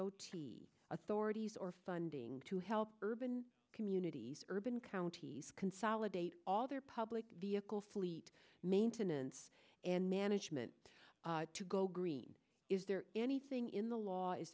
o t authorities or funding to help urban communities urban counties consolidate all their public vehicle fleet maintenance and management to go green is there anything in the law is